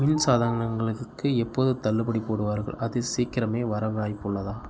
மின் சாதனங்களுக்கு எப்போது தள்ளுபடி போடுவார்கள் அது சீக்கிரமே வர வாய்ப்புள்ளதா